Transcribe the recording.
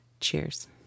Cheers